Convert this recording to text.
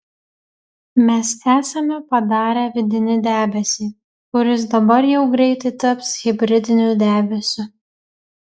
mes esame padarę vidinį debesį kuris dabar jau greitai taps hibridiniu debesiu